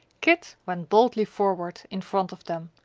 kit ran boldly forward in front of them,